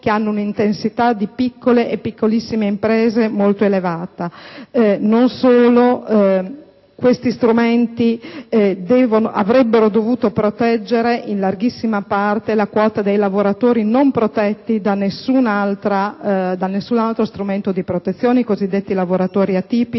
che hanno una presenza di piccole e piccolissime imprese molto elevata. Non solo. Questi strumenti avrebbero dovuto tutelare, in larghissima parte, la quota dei lavoratori non garantiti da nessun altro strumento di protezione, i cosiddetti lavoratori atipici